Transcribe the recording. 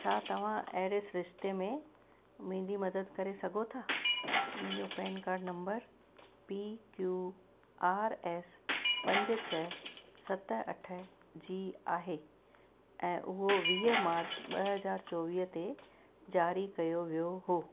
छा तव्हां अहिड़े रिश्ते में मुंहिंजी मदद करे सघो था मुंहिंजो pan card number P Q R S पंज छह सत अठ जी आहे ऐं उहो वीह मार्च ॿ हज़ार चोवीह ते जारी कयो वियो हो